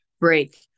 break